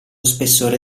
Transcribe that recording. spessore